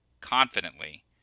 confidently